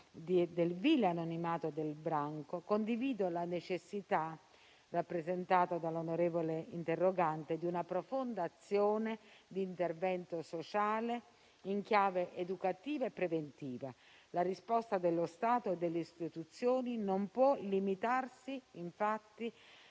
del vile anonimato del branco, condivido la necessità, rappresentata dall'onorevole interrogante, di una profonda azione di intervento sociale in chiave educativa e preventiva. La risposta dello Stato e delle istituzioni non può limitarsi, infatti,